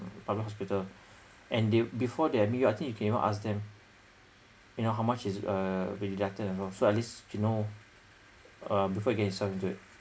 public hospital and they before they admit you I think you can even ask them you know how much is uh will be deducted and all so at least you know uh before you get yourself into it